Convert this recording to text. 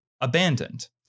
abandoned